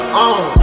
on